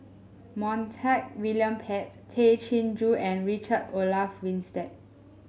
Montague William Pett Tay Chin Joo and Richard Olaf Winstedt